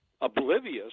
oblivious